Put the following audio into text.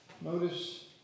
notice